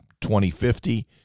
2050